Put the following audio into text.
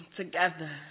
together